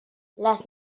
les